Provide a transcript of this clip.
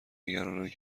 نگرانند